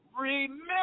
remember